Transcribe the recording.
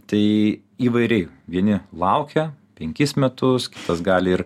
tai įvairiai vieni laukia penkis metus kitas gali ir